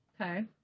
Okay